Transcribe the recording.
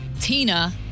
Tina